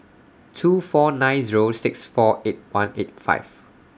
two four nine Zero six four eight one eight five